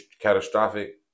catastrophic